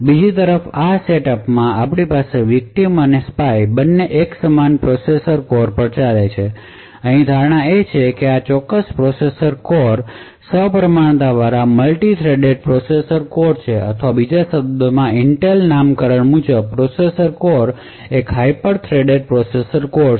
બીજી તરફ આ સેટઅપમાં આપણી પાસે વિકટીમ અને સ્પાય બંને એક સમાન પ્રોસેસર કોર પર ચાલે છે અહીંની ધારણા એ છે કે આ ચોક્કસ પ્રોસેસર કોર સપ્રમાણતાવાળા મલ્ટિ થ્રેડેડ પ્રોસેસર કોર છે અથવા બીજા શબ્દોમાં ઇન્ટેલના નામકરણ મુજબ પ્રોસેસર કોર એક હાયપર થ્રેડેડ પ્રોસેસર કોર છે